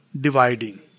Dividing